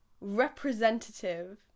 representative